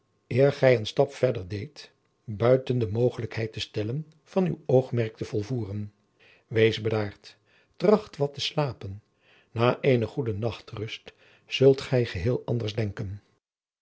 eer gij een stap verder deedt buiten de mogelijkheid te stellen van uw oogmerk te volvoeren wees bedaard tracht wat te slapen na eene goede nachtrust zult gij geheel anders denken